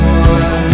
one